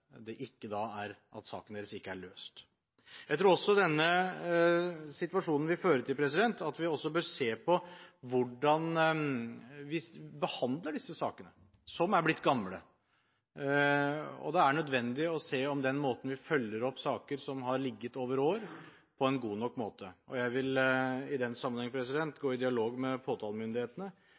deres ikke er løst. Jeg tror også denne situasjonen vil føre til at vi bør se på hvordan vi behandler disse sakene, som er blitt gamle. Det er nødvendig å se om vi følger opp saker som har ligget over år, på en god nok måte. Jeg vil i den sammenheng gå i dialog med påtalemyndighetene